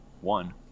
One